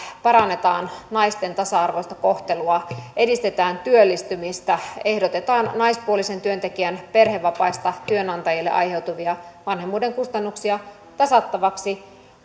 parannetaan naisten tasa arvoista kohtelua edistetään työllistymistä ehdotetaan naispuolisen työntekijän perhevapaista työnantajille aiheutuvia vanhemmuuden kustannuksia tasattavaksi